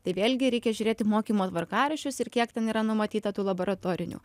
tai vėlgi reikia žiūrėti mokymo tvarkaraščius ir kiek ten yra numatyta tų laboratorinių